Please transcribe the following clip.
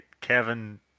Kevin